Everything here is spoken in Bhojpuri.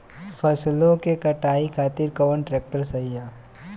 फसलों के कटाई खातिर कौन ट्रैक्टर सही ह?